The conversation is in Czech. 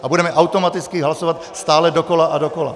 A budeme automaticky hlasovat stále dokola a dokola.